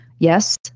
Yes